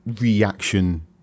reaction